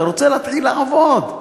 אתה רוצה להתחיל לעבוד.